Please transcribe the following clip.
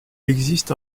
existe